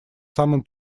самым